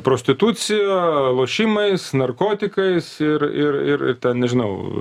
prostitucija lošimais narkotikais ir ir ir ir ten nežinau